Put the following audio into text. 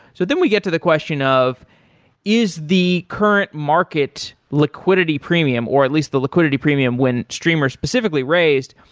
so then we get to the question of is the current market liquidity premium, or at least the liquidity premium when streamr specifically raised,